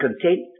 content